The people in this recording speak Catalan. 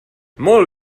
molt